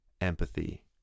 Empathy